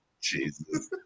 Jesus